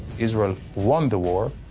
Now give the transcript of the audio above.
israel won the war,